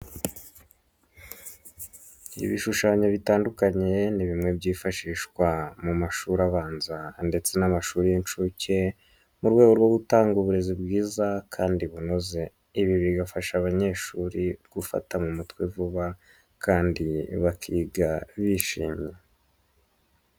Ibishushanyo bitandukanye ni bimwe byifashishwa mu mashuri abanza ndetse n'amashuri y'incuke mu rwego rwo gutanga uburezi bwiza kandi bunoze, ibi bigafasha abanyeshuri gufata mu mutwe vuba kandi bakiga bishimye.